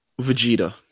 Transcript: Vegeta